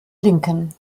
linken